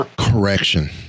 Correction